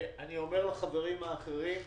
אני אומר לחברים האחרים: